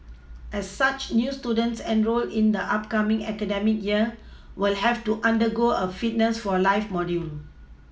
as such new students enrolled in the upcoming academic year will have to undergo a Fitness for life module